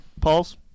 Pauls